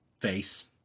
face